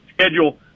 schedule